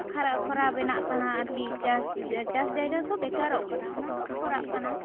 ᱠᱷᱟᱨᱟ ᱠᱷᱚᱨᱟ ᱵᱮᱱᱟᱜ ᱠᱟᱱᱟ ᱟᱨ ᱠᱤ ᱪᱟᱥ ᱡᱟᱭᱜᱟ ᱠᱚ ᱵᱮᱠᱟᱨᱚᱜ ᱠᱟᱱᱟ ᱚᱱᱟ ᱫᱚ ᱠᱷᱚᱨᱟᱜ ᱠᱟᱱᱟ